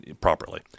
properly